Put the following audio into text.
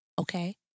Okay